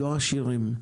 לא עשירים,